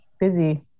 Busy